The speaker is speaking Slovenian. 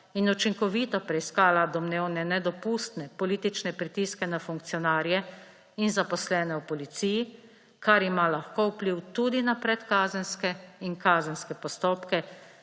in učinkovito preiskala domnevne nedopustne politične pritiske na funkcionarje in zaposlene v policiji, kar ima lahko vpliv tudi na predkazenske in kazenske postopke,